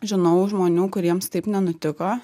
žinau žmonių kuriems taip nenutiko